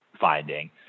finding